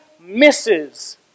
misses